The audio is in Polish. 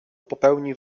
popełnił